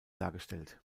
dargestellt